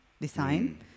design